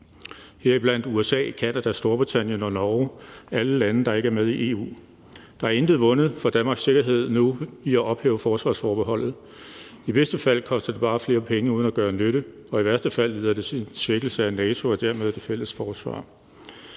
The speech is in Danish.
heriblandt USA, Canada, Storbritannien og Norge – alle lande, der ikke er med i EU. Der er intet vundet for Danmarks sikkerhed nu i at ophæve forsvarsforbeholdet. I bedste fald koster det bare flere penge uden at gøre nytte, og i værste fald leder det til en svækkelse af NATO og dermed det fælles forsvar.